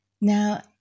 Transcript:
now